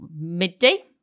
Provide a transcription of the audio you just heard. Midday